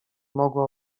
mogła